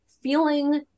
Feeling